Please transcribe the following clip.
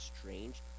strange